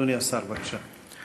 אדוני השר, בבקשה.